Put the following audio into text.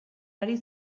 ari